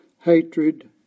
hatred